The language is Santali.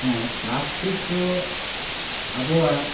ᱦᱮᱸ ᱯᱞᱟᱥᱴᱤᱠ ᱫᱚ ᱟᱵᱚᱣᱟᱜ